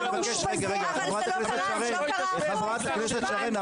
היית יכולה לבקש --- חברת הכנסת שרן,